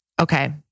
okay